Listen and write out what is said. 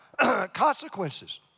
consequences